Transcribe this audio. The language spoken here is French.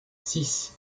six